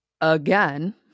again